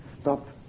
stop